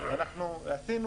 ואנחנו עשינו